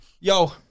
Yo